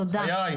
תודה,